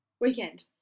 Weekend